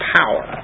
power